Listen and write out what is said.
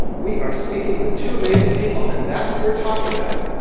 we are speaking with two amazing people and that's what we're talking about.